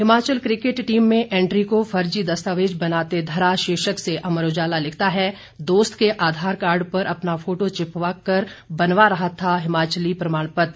Himachal cricket team में entry को फर्जी दस्तावेज बनाते धरा शीर्षक से अमर उजाला लिखता है दोस्त के आधारकार्ड पर अपना फोटो चिपका कर बनवा रहा था हिमाचली प्रमाण पत्र